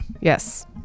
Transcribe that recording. Yes